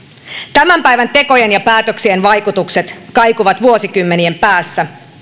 tämän päivän tekojen ja päätöksien vaikutukset kaikuvat vuosikymmenien päässä